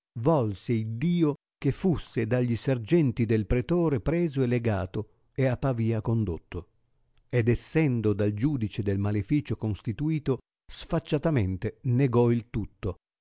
volse iddio che fusse dagli sergenti del pretore preso e legato e a pavia condotto ed essendo dal giudice del maleficio constituito sfacciatamente negò il tutto